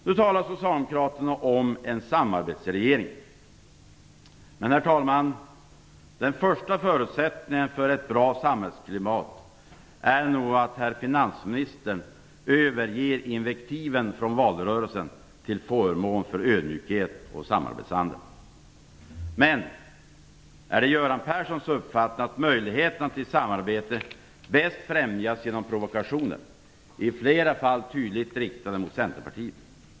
Nu talar socialdemokraterna om en "samarbetsregering". Den första förutsättningen för ett bra samarbetsklimat är nog att herr finansministern överger invektiven från valrörelsen till förmån för ödmjukhet och samarbetsanda. Är det Göran Perssons uppfattning att möjligheterna till samarbete bäst främjas genom provokationer, i flera fall tydligt riktade mot Centerpartiet?